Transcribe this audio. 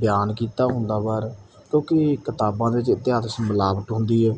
ਬਿਆਨ ਕੀਤਾ ਹੁੰਦਾ ਵਾਰ ਕਿਉਂਕਿ ਕਿਤਾਬਾਂ ਦੇ ਵਿੱਚ ਇਤਿਹਾਸ ਵਿਚ ਮਿਲਾਵਟ ਹੁੰਦੀ